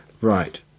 Right